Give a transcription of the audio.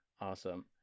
Awesome